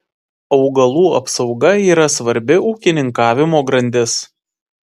augalų apsauga yra svarbi ūkininkavimo grandis